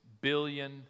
billion